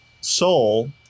soul